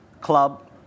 Club